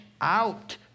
out